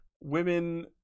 women